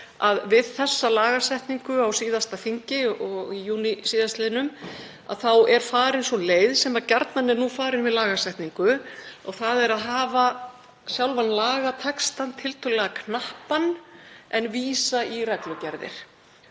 við þessa lagasetningu á síðasta þingi og í júní síðastliðnum var farin sú leið sem gjarnan er nú farin við lagasetningu og það er að hafa sjálfan lagatextann tiltölulega knappan en vísa í reglugerðir.